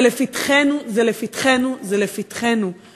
זה לפתחנו, זה לפתחנו, זה לפתחנו.